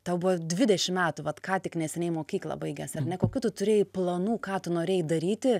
tau buvo dvidešimt metų vat ką tik neseniai mokyklą baigęs ar ne kokių tu turėjai planų ką tu norėjai daryti